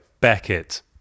Beckett